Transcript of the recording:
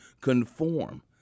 conform